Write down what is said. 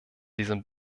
diesem